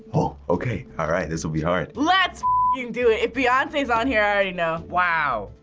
oh, okay. alright, this will be hard. let's you know do it! if beyonce's on here, i already know. wow,